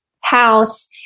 house